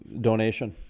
donation